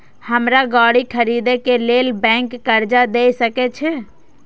हमरा गाड़ी खरदे के लेल बैंक कर्जा देय सके छे?